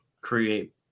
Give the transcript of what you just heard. create